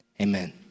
Amen